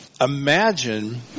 imagine